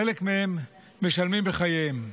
חלק מהם משלמים בחייהם.